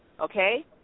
okay